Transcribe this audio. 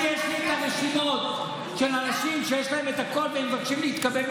יש לי את הרשימות של אנשים שיש להם את הכול והם מבקשים להתקבל,